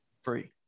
free